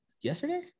yesterday